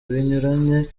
binyuranye